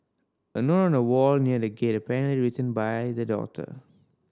a note on a wall near the gate apparently written by the daughter